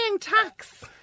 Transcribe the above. tax